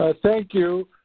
thank you.